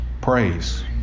praise